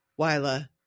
wyla